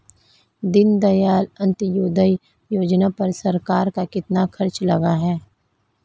दीनदयाल अंत्योदय योजना पर सरकार का कितना खर्चा लगा है?